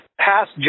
past